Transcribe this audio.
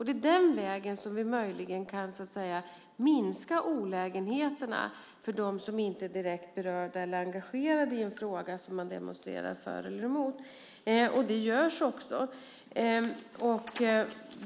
Det är möjligen den vägen som vi kan minska olägenheterna för dem som inte är direkt berörda eller engagerade i en fråga som man demonstrerar för eller emot, och det görs också.